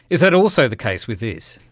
is that also the case with this?